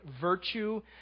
virtue